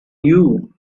you